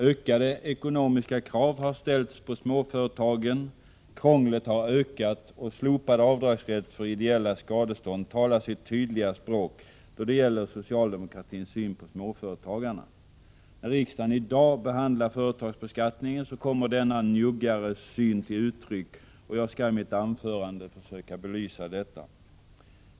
Ökade ekonomiska krav har ställts på småföretagen, krånglet har ökat, och slopad avdragsrätt för ideella skadestånd talar sitt tydliga språk då det gäller socialdemokratins syn på småföretagarna. När riksdagen i dag behandlar företagsbeskattningen kommer denna njuggare syn till uttryck, och jag skall i mitt anförande försöka belysa detta.